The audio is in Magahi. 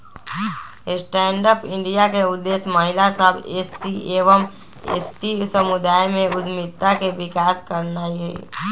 स्टैंड अप इंडिया के उद्देश्य महिला सभ, एस.सी एवं एस.टी समुदाय में उद्यमिता के विकास करनाइ हइ